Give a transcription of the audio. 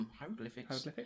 Hieroglyphics